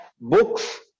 books